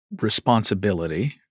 responsibility